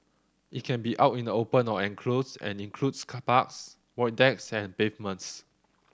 it can be out in the open or enclosed and includes parks void decks and pavements